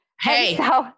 hey